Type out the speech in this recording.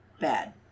bad